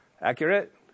accurate